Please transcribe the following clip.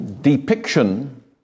depiction